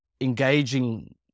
engaging